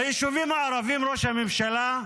ביישובים הערביים, ראש הממשלה,